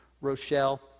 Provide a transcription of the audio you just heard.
Rochelle